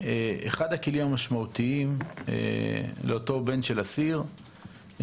אחד הכלים המשמעותיים לאותו בן של אסיר,